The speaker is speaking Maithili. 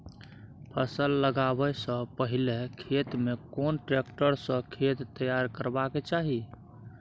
फसल लगाबै स पहिले खेत में कोन ट्रैक्टर स खेत तैयार करबा के चाही?